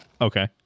okay